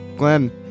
Glenn